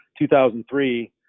2003